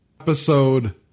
episode